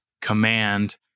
command